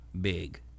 big